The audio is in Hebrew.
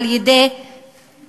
על-ידי